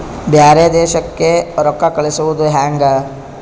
ಬ್ಯಾರೆ ದೇಶಕ್ಕೆ ರೊಕ್ಕ ಕಳಿಸುವುದು ಹ್ಯಾಂಗ?